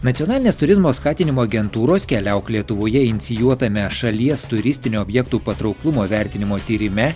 nacionalinės turizmo skatinimo agentūros keliauk lietuvoje inicijuotame šalies turistinių objektų patrauklumo vertinimo tyrime